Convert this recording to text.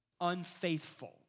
unfaithful